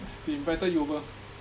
he invited you over